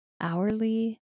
hourly